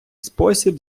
спосіб